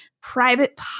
private